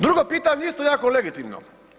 Drugo pitanje je isto jako legitimno.